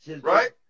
right